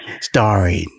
starring